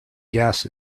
gas